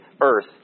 earth